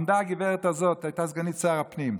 עמדה הגברת הזאת, היא הייתה סגנית שר הפנים,